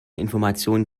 informationen